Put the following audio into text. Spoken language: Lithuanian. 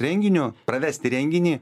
renginio pravesti renginį